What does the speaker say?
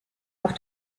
auf